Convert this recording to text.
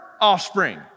offspring